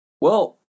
Well-